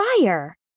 fire